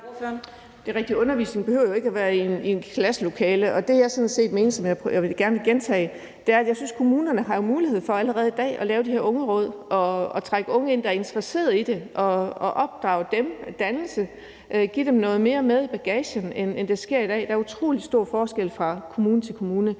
Det er rigtigt. Undervisningen behøver jo ikke at være i et klasselokale, og det, jeg sådan set mente, og som jeg gerne vil gentage, er, at kommunerne jo har mulighed for allerede i dag at lave de her ungeråd og trække unge ind, der er interesseret i det, og opdrage dem, danne dem og give dem noget mere med i bagagen end i dag. Der er utrolig stor forskel fra kommune til kommune.